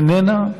איננה.